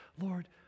Lord